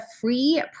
free